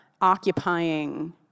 occupying